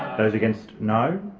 those against no.